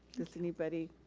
does anybody?